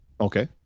Okay